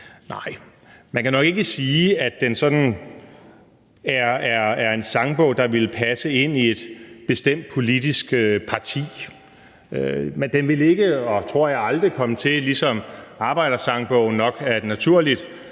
Nej, man kan nok ikke sige, at den sådan er en sangbog, der ville passe ind i et bestemt politisk parti. Men den ville ikke og tror jeg aldrig komme til, ligesom Arbejdersangbogen nok er naturlig